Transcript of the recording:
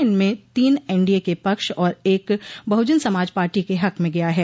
इनमें तीन एनडीए के पक्ष और एक बहुजन समाज पार्टी के हक में गया है